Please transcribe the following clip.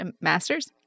master's